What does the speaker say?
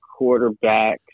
quarterbacks